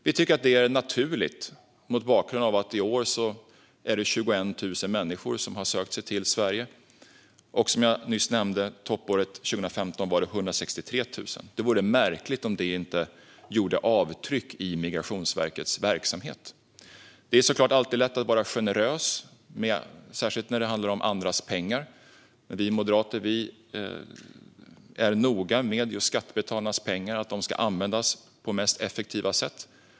Vi tycker att detta är naturligt mot bakgrund av att 21 000 människor har sökt sig till Sverige i år. Som jag nyss nämnde var det 163 000 under toppåret 2015. Det vore märkligt om detta inte gjorde avtryck i Migrationsverkets verksamhet. Det är såklart alltid lätt att vara generös, särskilt när det handlar om andras pengar. Moderaterna är dock noga med skattebetalarnas pengar. De ska användas på det mest effektiva sättet.